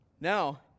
Now